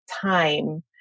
time